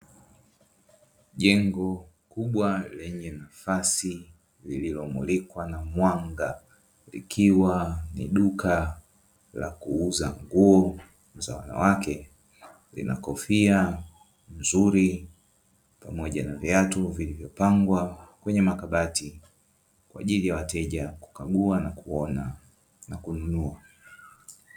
Jengo kubwa lenye nafasi lililomulikwa na mwanga likiwa ni duka la kuuza nguo za wanawake zina kofia nzuri pamoja na viatu vilivyopangwa kwenye makabati kwa ajili ya wateja kukagua na kuona na kununua.